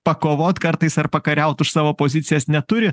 pakovot kartais ar pakariaut už savo pozicijas neturi